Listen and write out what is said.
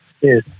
Yes